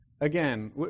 Again